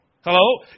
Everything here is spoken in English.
Hello